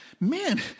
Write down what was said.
Man